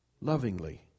lovingly